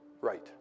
Right